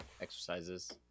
exercises –